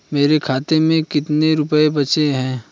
मेरे खाते में कितने रुपये बचे हैं?